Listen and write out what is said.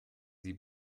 sie